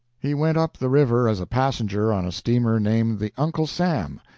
he went up the river as a passenger on a steamer named the uncle sam.